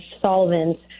solvents